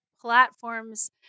platforms